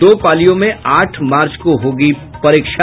दो पालियों में आठ मार्च को होगी परीक्षा